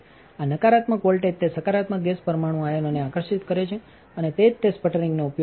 આ નકારાત્મક વોલ્ટેજ તે સકારાત્મક ગેસ પરમાણુ આયનોને આકર્ષિત કરે છે અને તે જ તે સ્પટરિંગનોઉપયોગ કરે છે